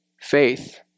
faith